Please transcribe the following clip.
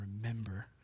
remember